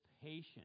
patient